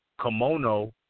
kimono